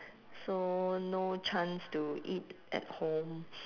so no chance to eat at home